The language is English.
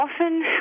often